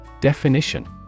Definition